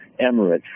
Emirates